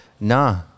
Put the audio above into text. Nah